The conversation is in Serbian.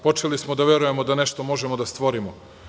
Počeli smo da verujemo da nešto možemo da stvorimo.